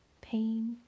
pain